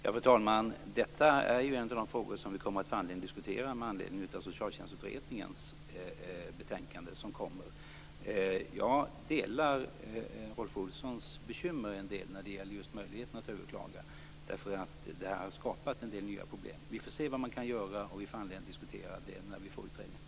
Fru talman! Detta är en av de frågor som vi kommer att få anledning att diskutera i samband med att socialtjänstutredningens betänkande kommer. Jag delar Rolf Olssons bekymmer när det gäller just möjligheten att överklaga, därför att det har skapat en del nya problem. Vi får se vad vi kan göra, och vi får anledning att diskutera det när vi får utredningen.